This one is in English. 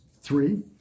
three